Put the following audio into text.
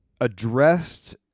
addressed